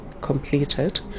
completed